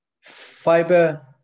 Fiber